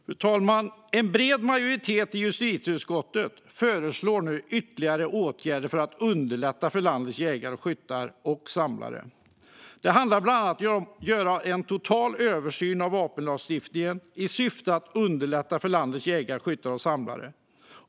Fru talman! En bred majoritet i justitieutskottet föreslår nu ytterligare åtgärder för att underlätta för landets jägare, skyttar och samlare. Det handlar bland annat om att göra en total översyn av vapenlagstiftningen i syfte att underlätta för landets jägare, skyttar och samlare.